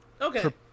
Okay